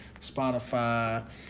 Spotify